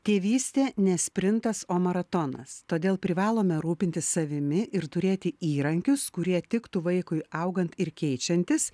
tėvystė ne sprintas o maratonas todėl privalome rūpintis savimi ir turėti įrankius kurie tiktų vaikui augant ir keičiantis